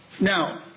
Now